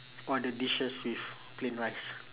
all the dishes with plain rice